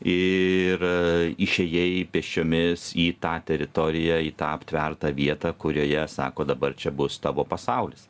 ir išėjai pėsčiomis į tą teritoriją į tą aptvertą vietą kurioje sako dabar čia bus tavo pasaulis